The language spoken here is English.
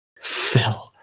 phil